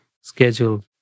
schedule